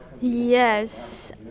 yes